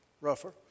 rougher